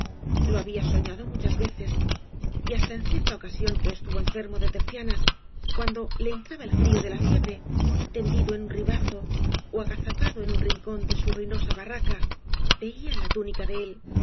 lo había soñado muchai veces y hasta ea cierta ocasión que estuvo enfermo de tercianas cuando le entraba el frío de ia fiabre tendido ea uü ribazo ó agazapado ea un rincón de au ruinosa barraca veía ia túnica da el